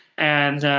and